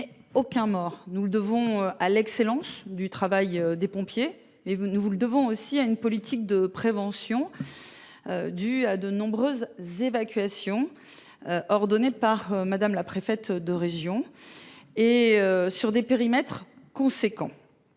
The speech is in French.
mais aucun mort. Nous le devons à l'excellence du travail des pompiers et vous nous vous le devons aussi à une politique de prévention. Du à de nombreuses évacuations. Ordonnées par Madame, la préfète de région et sur des périmètres conséquent.